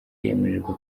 yemererwa